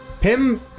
PIM